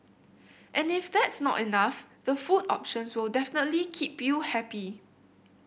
and if that's not enough the food options will definitely keep you happy